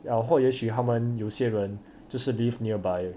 然后也许他们有些人就是 live nearby